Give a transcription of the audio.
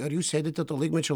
ar jūs sėdite to laikmečio